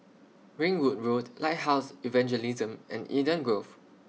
Ringwood Road Lighthouse Evangelism and Eden Grove